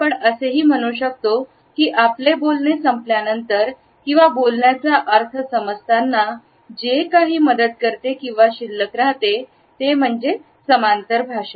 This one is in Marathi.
आपण असेही म्हणू शकतो की आपले बोलणे संपल्यानंतर किंवा बोलण्याचा अर्थ समजताना जे काही मदत करते किंवा शिल्लक राहते ते म्हणजे समांतर भाषा